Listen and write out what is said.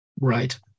Right